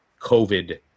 COVID